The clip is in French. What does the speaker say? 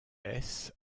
hesse